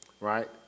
right